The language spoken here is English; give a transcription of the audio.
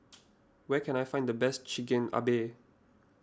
where can I find the best Chigenabe